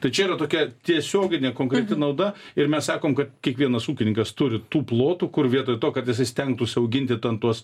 tai čia yra tokia tiesioginė konkreti nauda ir mes sakom kad kiekvienas ūkininkas turi tų plotų kur vietoj to kad jisai stengtųsi auginti ten tuos